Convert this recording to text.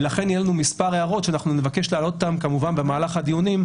ולכן יהיו לנו מספר הערות שנבקש להעלות במהלך הדיונים.